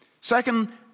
Second